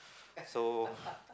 so